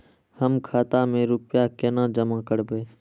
हम खाता में रूपया केना जमा करबे?